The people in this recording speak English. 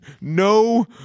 no